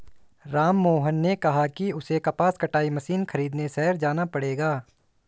राममोहन ने कहा कि उसे कपास कटाई मशीन खरीदने शहर जाना पड़ेगा